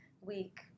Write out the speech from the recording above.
week